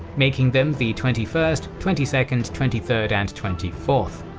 making them the twenty first, twenty second twenty third, and twenty fourth.